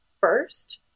first